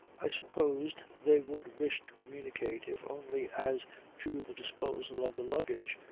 i supposed they would wish to communicate, if only as to the disposal of the luggage,